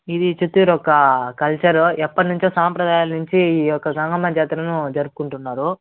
ఇది చిత్తూరు యొక్క కల్చరు ఎప్పటినుంచో సాంప్రదాయాల నుంచి ఈ యొక్క గంగమ్మ జాతరను జరుపుకుంటున్నారు